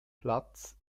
platz